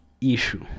issue